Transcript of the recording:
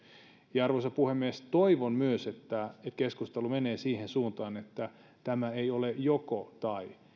arvoisa puhemies toivon myös että keskustelu menee siihen suuntaan että tämä ei ole joko tai